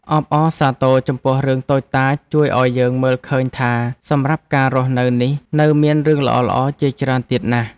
អបអរសាទរចំពោះរឿងតូចតាចជួយឱ្យយើងមើលឃើញថាសម្រាប់ការរស់នៅនេះនៅមានរឿងល្អៗជាច្រើនទៀតណាស់។